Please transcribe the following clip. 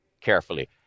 carefully